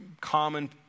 common